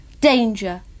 Danger